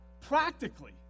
practically